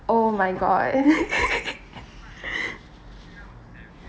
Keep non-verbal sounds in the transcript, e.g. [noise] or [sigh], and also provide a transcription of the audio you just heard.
oh my god [laughs]